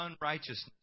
unrighteousness